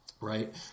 Right